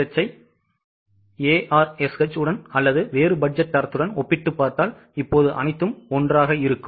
SRSH ஐ ARSH உடன் அல்லது வேறுபட்ஜெட் தரத்துடன்ஒப்பிட்டுப் பார்த்தால் இப்போது அனைத்தும் ஒன்றாக இருக்கும்